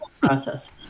process